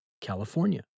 California